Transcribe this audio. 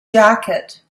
jacket